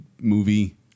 movie